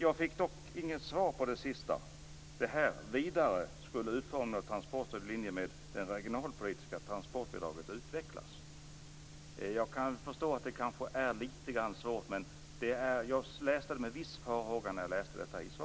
Jag fick emellertid inte något svar på det sista som jag frågade om, nämligen det som står i svaret: "Vidare skulle utformningen av ett transportstöd i linje med det regionalpolitiska transportbidraget utvecklas." Jag kan förstå att det är lite svårt, men jag läste detta med en viss farhåga.